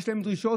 יש להם דרישות,